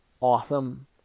awesome